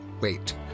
wait